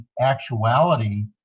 actuality